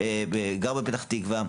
גר בפתח תקווה,